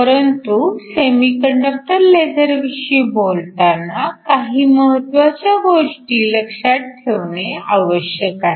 परंतु सेमीकंडक्टर लेझरविषयी बोलताना काही महत्वाच्या गोष्टी लक्षात ठेवणे आवश्यक आहे